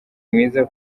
mwiza